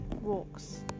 Walks